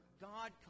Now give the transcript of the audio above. God